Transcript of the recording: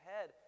head